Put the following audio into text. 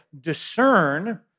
discern